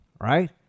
right